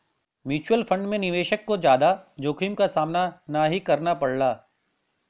mutual fund में निवेशक को जादा जोखिम क सामना नाहीं करना पड़ला